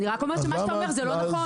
אני רק אומרת שזה לא נכון.